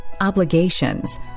obligations